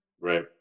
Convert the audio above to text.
Right